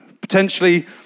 potentially